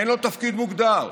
אין לו תפקיד מוגדר.